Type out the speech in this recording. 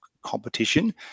competition